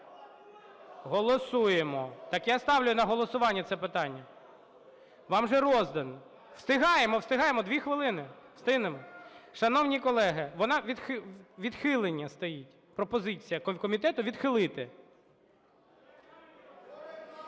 Голосуємо. Так я ставлю на голосування це питання, вам же роздано. Встигаємо, встигаємо, дві хвилини. Встигнемо. Шановні колеги, вона… відхилення стоїть, пропозиція комітету - відхилити.